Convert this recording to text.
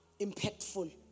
impactful